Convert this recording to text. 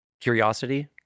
curiosity